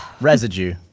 residue